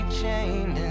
chained